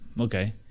okay